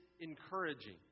encouraging